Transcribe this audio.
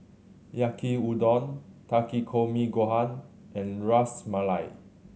Yaki Udon Takikomi Gohan and Ras Malai